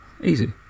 easy